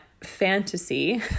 fantasy